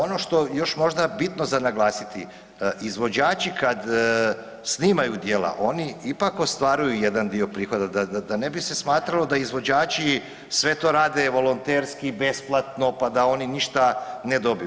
Ono što još možda bitno za naglasiti, izvođači kad snimaju djela oni ipak ostvaruju jedan dio prihoda, da ne bi se smatralo da izvođači sve to rade volonterski, besplatno pa oni ništa ne dobiju.